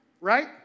right